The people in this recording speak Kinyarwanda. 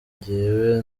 njyewe